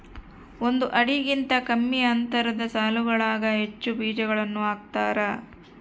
ಒಂದು ಅಡಿಗಿಂತ ಕಮ್ಮಿ ಅಂತರದ ಸಾಲುಗಳಾಗ ಹೆಚ್ಚು ಬೀಜಗಳನ್ನು ಹಾಕ್ತಾರ